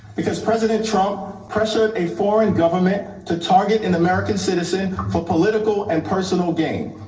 because president trump pressured a foreign government to target an american citizen for political and personal gain.